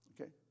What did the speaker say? Okay